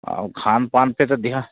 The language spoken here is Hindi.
और खान पान पर तो ध्यान